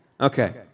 Okay